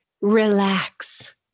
relax